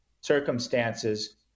circumstances